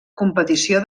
competició